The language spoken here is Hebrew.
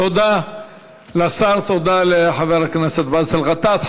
תודה לשר, תודה לחבר הכנסת באסל גטאס.